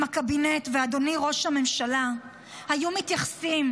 אם הקבינט ואדוני ראש הממשלה היו מתייחסים